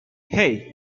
hey